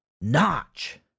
notch